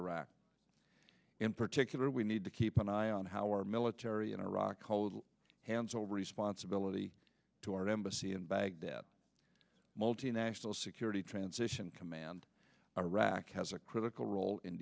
iraq in particular we need to keep an eye on how our military in iraq hold hands over responsibility to our embassy in baghdad multinational security transition command iraq has a critical role in